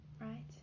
right